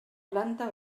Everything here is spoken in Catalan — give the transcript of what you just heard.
planta